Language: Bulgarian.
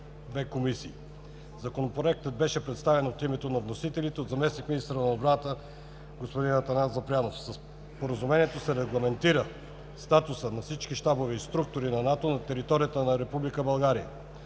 Законопроектът беше представен от името на вносителите от заместник-министъра на отбраната ген. Атанас Запрянов. Със Споразумението се регламентира статусът на всички щабове и структури на НАТО на територията на